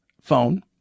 phone